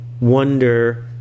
wonder